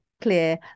clear